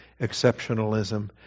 exceptionalism